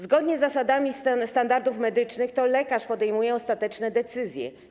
Zgodnie z zasadami standardów medycznych to lekarz podejmuje ostateczne decyzje.